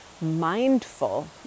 mindful